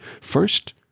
First